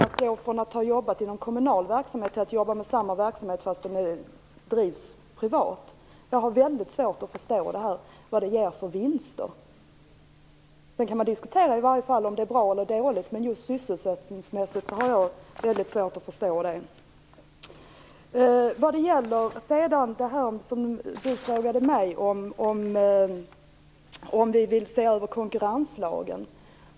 De går från att ha jobbat inom kommunal verksamhet till att jobba med samma verksamhet i privat regi. Jag har väldigt svårt att förstå vad det ger för vinster. Man kan alltid diskutera om det är bra eller dåligt, men när det gäller sysselsättningen har jag svårt att förstå det här. Ola Karlsson frågade mig om vi vill se över konkurrenslagen.